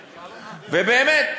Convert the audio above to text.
ובאמת,